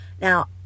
Now